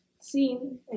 seen